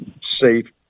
safe